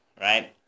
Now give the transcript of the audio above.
right